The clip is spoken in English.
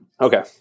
Okay